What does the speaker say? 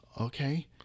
Okay